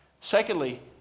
Secondly